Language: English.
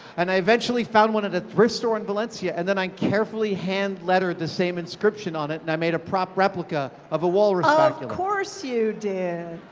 and i eventually found one at a thrift store in valencia, and then i carefully hand lettered the same inscription on it, and i made a prop replica of a walrus baculum. of course you did.